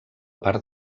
part